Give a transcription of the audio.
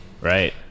right